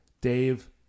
Dave